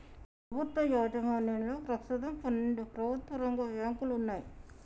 ప్రభుత్వ యాజమాన్యంలో ప్రస్తుతం పన్నెండు ప్రభుత్వ రంగ బ్యాంకులు వున్నయ్